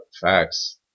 Facts